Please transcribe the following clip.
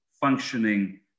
functioning